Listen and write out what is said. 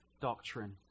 doctrine